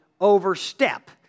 overstep